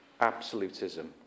absolutism